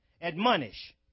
admonish